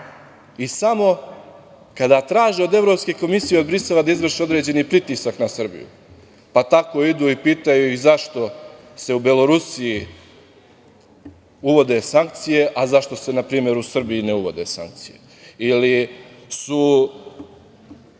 i samo kada traže od Evropske komisije, od Brisela da izvrše određeni pritisak na Srbiju, pa tako idu i pitaju ih zašto se u Belorusiji uvode sankcije, a zašto se npr. u Srbiji ne uvode sankcije, ili su